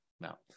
now